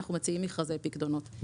אנחנו מציעים מכרזי פיקדונות.